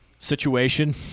situation